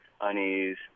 unease